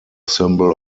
symbol